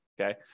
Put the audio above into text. okay